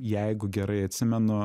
jeigu gerai atsimenu